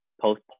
Post